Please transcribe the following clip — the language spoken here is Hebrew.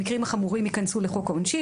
המקרים החמורים ייכנסו לחוק העונשין,